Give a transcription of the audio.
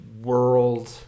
world